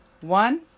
one